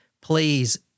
please